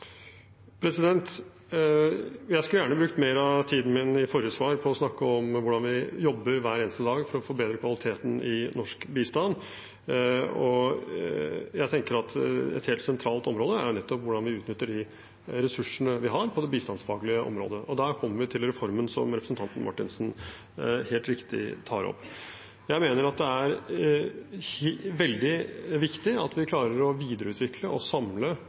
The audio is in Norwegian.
Jeg skulle gjerne brukt mer av tiden min i forrige svar på å snakke om hvordan vi jobber hver eneste dag for å forbedre kvaliteten i norsk bistand. Jeg tenker at et helt sentralt område er nettopp hvordan vi utnytter de ressursene vi har på det bistandsfaglige området. Og der kommer vi til reformen som representanten Marthinsen helt riktig tar opp. Jeg mener at det er veldig viktig at vi klarer å videreutvikle og samle